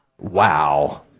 Wow